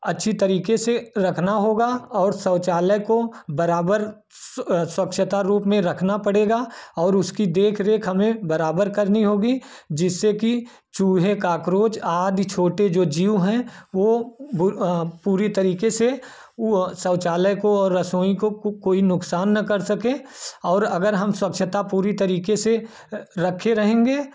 अच्छी तरीके से रखना होगा और शौचालय को बराबर स्वच्छता रूप में रखना पड़ेगा और उसकी देख रेख हमें बराबर करनी होगी जिससे कि चूहे कॉकरोच आदि छोटे जो जीव हैं वह पूरी तरीके से वह शौचालय को और रसोई को कोई नुकसान न कर सके और अगर हम स्वच्छता पूरी तरीके से रखे रहेंगे